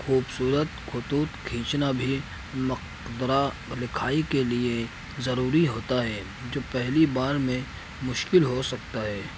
خوبصورت خطوط کھینچنا بھی مقدرہ لکھائی کے لیے ضروری ہوتا ہے جو پہلی بار میں مشکل ہو سکتا ہے